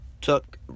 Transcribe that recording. took